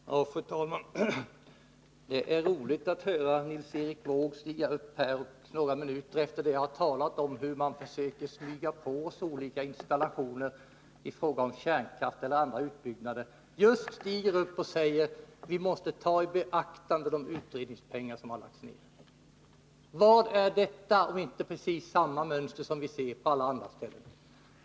Fru talman! Det är roligt att höra Nils Erik Wååg stiga upp och säga — några minuter efter det att jag talat om hur man försöker smyga på oss olika installationer i fråga om kärnkraften — att vi måste ta i beaktande de utredningspengar som lagts ned. Vad är detta om inte precis samma mönster som vi ser på alla andra ställen?